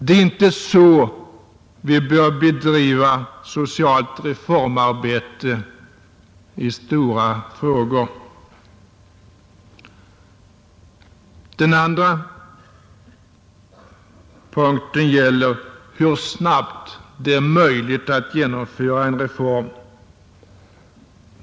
Det är inte så vi bör bedriva socialt reformarbete i stora frågor. Den andra punkten gäller hur snabbt det är möjligt att genomföra en reform.